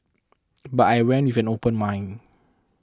but I went with an open mind